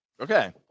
Okay